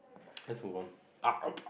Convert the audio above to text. let's move on